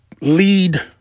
lead